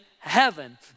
Heaven